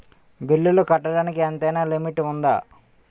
బిల్లులు కట్టడానికి ఎంతైనా లిమిట్ఉందా?